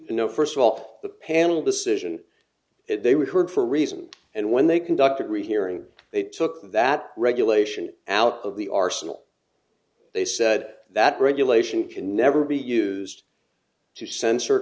know first of all the panel decision they were heard for a reason and when they conducted rehearing they took that regulation out of the arsenal they said that regulation can never be used to censor